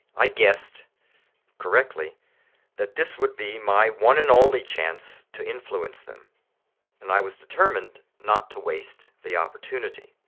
i guessed correctly that this would be my one and only chance to influence them and i was determined not to waste the opportunity.